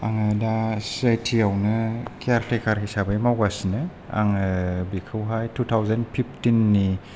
आङो दा सि आए टियावनो केयारटेकार हिसाबै मावगासिनो आङो बेखौहाय टु थावसेन फिफटिननि